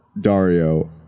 Dario